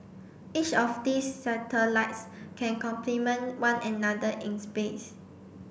each of these satellites can complement one another in space